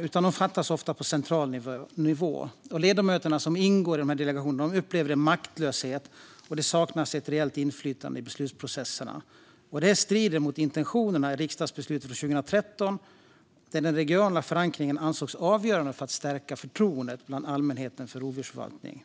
utan de fattas ofta på central nivå. Ledamöterna som ingår i delegationerna upplever maktlöshet och att de saknar reellt inflytande i beslutsprocesserna. Det strider mot intentionerna i riksdagsbeslutet från 2013, där den regionala förankringen ansågs vara avgörande för att stärka förtroendet bland allmänheten för rovdjursförvaltningen.